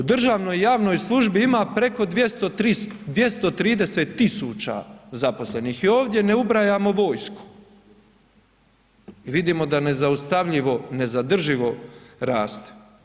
U državnoj i javnoj službi ima preko 230 tisuća zaposlenih i ovdje ne ubrajamo vojsku i vidimo da nezaustavljivo, nezadrživo raste.